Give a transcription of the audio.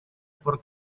por